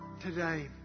today